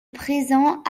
présent